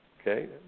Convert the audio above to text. Okay